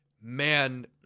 Man